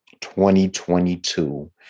2022